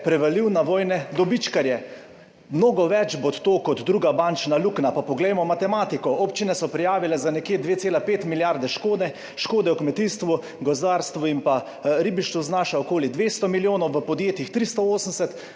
prevalil na vojne dobičkarje. Mnogo več bo to, kot je bila druga bančna luknja. Pa poglejmo matematiko. Občine so prijavile za nekje 2,5 milijarde škode, škode v kmetijstvu, gozdarstvu in pa ribištvu znaša okoli 200 milijonov, v podjetjih 380